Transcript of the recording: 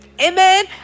amen